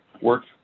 works